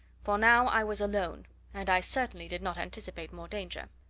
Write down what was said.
for now i was alone and i certainly did not anticipate more danger.